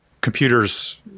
computers